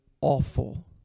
awful